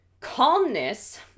calmness